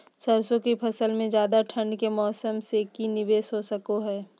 सरसों की फसल में ज्यादा ठंड के मौसम से की निवेस हो सको हय?